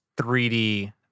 3D